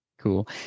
Cool